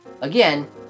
Again